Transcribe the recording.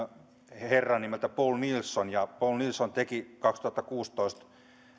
herran nimeltä poul nielson poul nielson teki kaksituhattakuusitoista